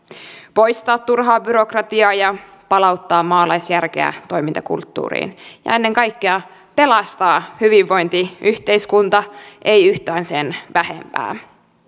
poistaa turhaa byrokratiaa ja palauttaa maalaisjärkeä toimintakulttuuriin ja ennen kaikkea pelastaa hyvinvointiyhteiskunta ei yhtään sen vähempää